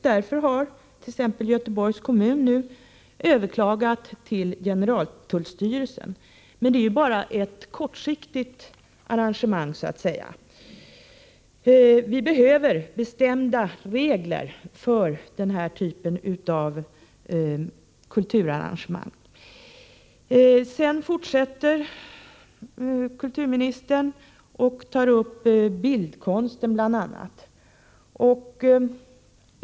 Därför har t.ex. Göteborgs kommun överklagat till generaltullstyrelsen. Men det är bara ett kortsiktigt arrangemang. Vi behöver bestämda regler för den här typen av kulturella evenemang. Sedan talar kulturministern om bildkonsten.